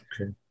Okay